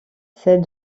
celle